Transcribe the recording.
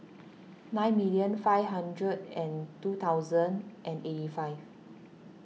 nine million five hundred and two thousand and eighty five